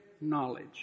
knowledge